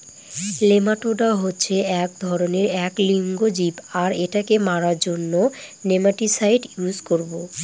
nematoda হচ্ছে এক ধরনের এক লিঙ্গ জীব আর এটাকে মারার জন্য নেমাটিসাইড ইউস করবো